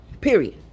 Period